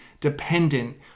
dependent